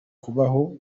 kubaho